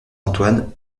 antoine